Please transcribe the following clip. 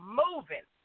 moving